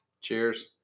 Cheers